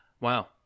wow